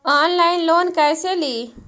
Online loan कैसे ली?